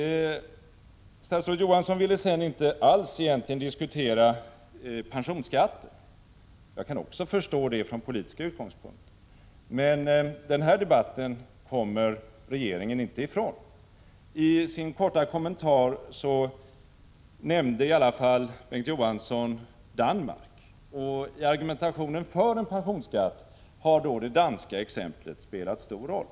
Statsrådet Johansson vill egentligen inte alls diskutera pensionsskatten. Jag kan förstå det, från politiska utgångspunkter. Men den här debatten kommer regeringen inte ifrån. I sin korta kommentar nämnde Bengt K. Å. Johansson i alla fall Danmark. I samband med argumentationen för en pensionsskatt har det danska exemplet spelat stor roll.